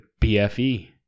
BFE